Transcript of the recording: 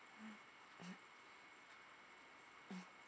mm um um